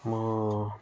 म